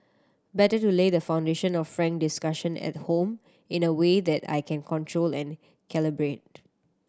better to lay the foundation of frank discussion at home in a way that I can control and calibrate